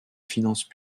finances